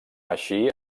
així